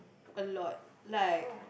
a lot like